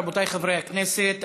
רבותי חברי הכנסת,